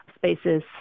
spaces